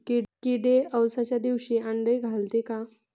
किडे अवसच्या दिवशी आंडे घालते का?